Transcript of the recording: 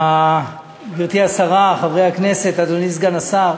גברתי השרה, חברי הכנסת, אדוני סגן השר,